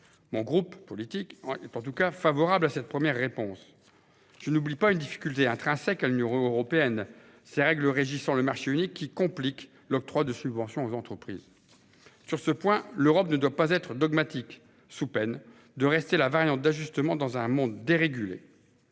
Le groupe RDSE est en tout cas favorable à cette première réponse. Je n'oublie pas une difficulté intrinsèque à l'Union européenne, à savoir l'existence de règles régissant le marché unique qui compliquent l'octroi de subventions aux entreprises. Sur ce point, l'Union européenne ne doit pas être dogmatique, sous peine de rester la variable d'ajustement dans un monde dérégulé.